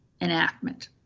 enactment